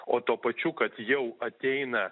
o tuo pačiu kad jau ateina